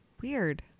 Weird